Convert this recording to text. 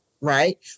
right